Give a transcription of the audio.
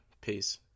peace